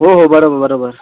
हो हो बरोबर बरोबर